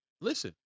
listen